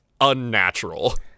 unnatural